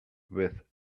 with